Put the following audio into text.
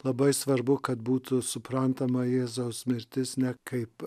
labai svarbu kad būtų suprantama jėzaus mirtis ne kaip